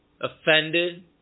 Offended